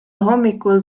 hommikul